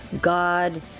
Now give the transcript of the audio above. God